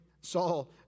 Saul